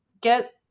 get